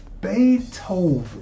beethoven